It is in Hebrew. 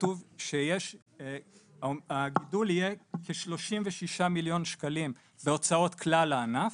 כתוב שהגידול יהיה כ-360 מיליון שקלים להוצאות כלל הענף.